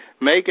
Make